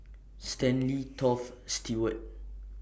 Stanley Toft Stewart